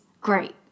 great